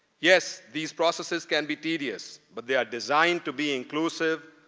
yes, these processes can be devious, but they are designed to be inclusive,